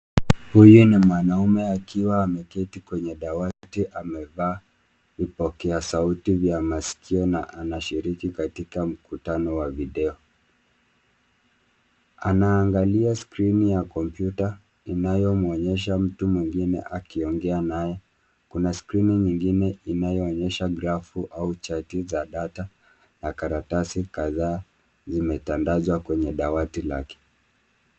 Huyu ni mwanaume akiwa ameketi kwenye dawati amevaa vipokea sauti vya masikio na anashiriki katika mkutano wa video. Anaangalia skrini ya kompyuta inyomwonyesha mtu mwingine akiongea naye. Kuna skrini inyoonyesha grafu au chati za data na karatasi kadhaa zimetandazwa kwenya dawati lake.